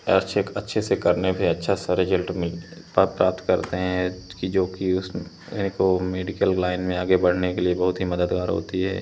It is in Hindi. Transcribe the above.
अच्छे अच्छे से करने पर अच्छा सा रिजल्ट मिल प्राप्त करते हैं कि जो कि उसमें को मेडिकल लाइन में आगे बढ़ने के लिए बहुत ही मददगार होती है